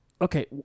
okay